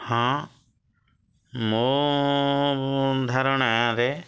ହଁ ମୋ ଧାରଣାରେ